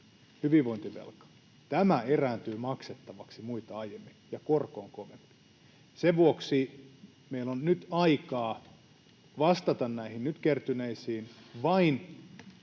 erääntyy maksettavaksi muita aiemmin ja korko on kovempi. Sen vuoksi meillä on vain muutama vuosi aikaa vastata näihin nyt kertyneisiin.